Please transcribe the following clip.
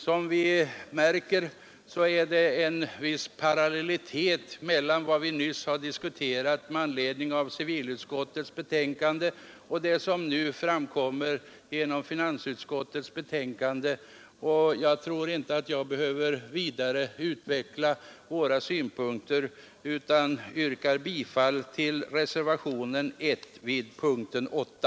Som vi märker är det en viss parallellitet mellan vad vi nyss har diskuterat med anledning av civilutskottets betänkande och det som nu framkommer genom finansutskottets betänkande. Jag tror inte att jag vidare behöver utveckla våra synpunkter utan yrkar bifall till reservationen 1 vid punkten 8.